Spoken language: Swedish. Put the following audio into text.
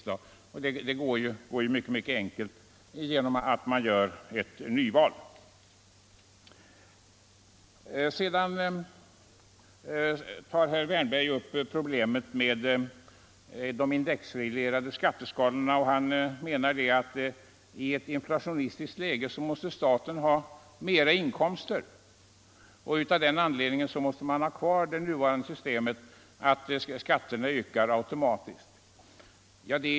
Det är enkelt att göra det genom ett nyval. Sedan tar herr Wärnberg upp problemet med de indexreglerade skatteskalorna. Han menar att i ett inflationistiskt läge måste staten ha mera inkomster, och av den anledningen måste man ha kvar det nuvarande systemet, som innebär att skatterna ökar automatiskt.